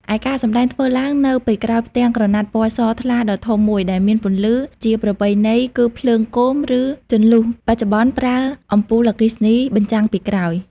ឯការសម្ដែងធ្វើឡើងនៅពីក្រោយផ្ទាំងក្រណាត់ពណ៌សថ្លាដ៏ធំមួយ ដែលមានពន្លឺ ជាប្រពៃណីគឺភ្លើងគោម ឬចន្លុះ បច្ចុប្បន្នប្រើអំពូលអគ្គិសនី បញ្ចាំងពីក្រោយ ។